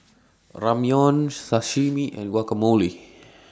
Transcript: Ramyeon Sashimi and Guacamole